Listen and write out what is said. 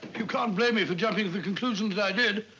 you can't blame me for jumping to the conclusions i did.